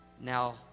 Now